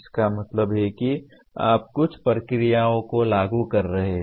इसका मतलब है कि आप कुछ प्रक्रियाओं को लागू कर रहे हैं